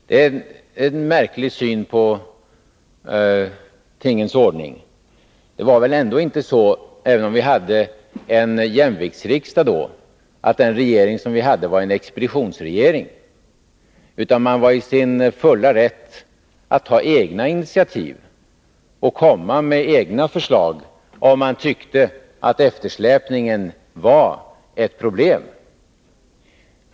Det är en märklig syn på tingens ordning. Även om vi hade en jämviktsriksdag, var väl regeringen inte expeditionsregering. Den var väl i sin fulla rätt att ta egna initiativ och komma med egna förslag, om den tyckte att eftersläpningen var ett problem.